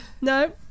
No